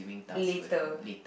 later